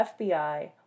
FBI